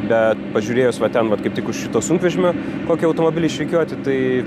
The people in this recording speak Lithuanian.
bet pažiūrėjus va ten vat kaip tik už šito sunkvežimio kokį automobiliai išrikiuoti tai